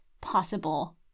possible